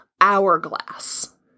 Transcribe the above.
hourglass